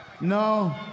No